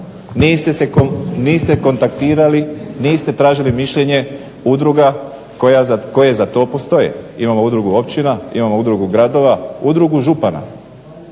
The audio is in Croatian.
Niste kontaktirali, niste tražili mišljenje udruga koje za to postoje, imamo udrugu općina, imamo udrugu gradova, udrugu župana,